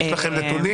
יש לכם נתונים?